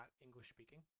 English-speaking